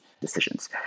decisions